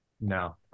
No